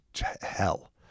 hell